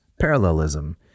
parallelism